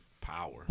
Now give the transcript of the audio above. power